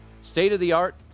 state-of-the-art